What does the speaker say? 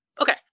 Okay